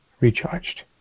Recharged